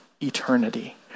eternity